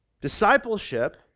Discipleship